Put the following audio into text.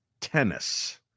tennis